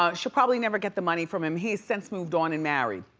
ah she'll probably never get the money from him. he has since moved on and married,